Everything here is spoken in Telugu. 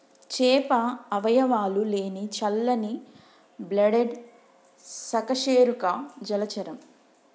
చేప అవయవాలు లేని చల్లని బ్లడెడ్ సకశేరుక జలచరం